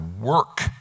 work